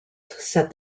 said